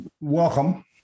welcome